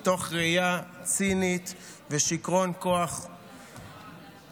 מתוך ראייה צינית ושיכרון כוח מוטה,